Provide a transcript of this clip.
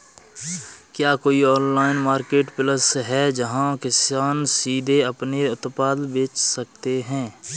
क्या कोई online marketplace है जहाँ किसान सीधे अपने उत्पाद बेच सकते हैं?